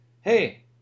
Hey